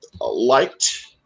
liked